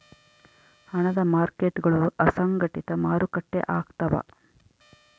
ಹಣದ ಮಾರ್ಕೇಟ್ಗುಳು ಅಸಂಘಟಿತ ಮಾರುಕಟ್ಟೆ ಆಗ್ತವ